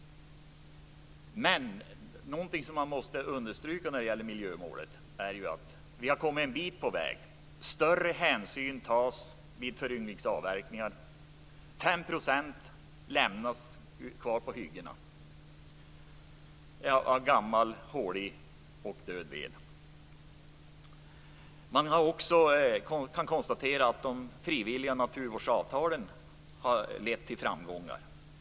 Men någonting som man måste understryka när det gäller miljömålet är att vi har kommit en bit på vägen. Större hänsyn tas vid föryngringsavverkningar. På hyggena lämnas 5 % kvar i form av gammal, hålig och död ved. Man kan också konstatera att de frivilliga naturvårdsavtalen har lett till framgångar.